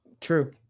True